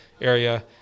area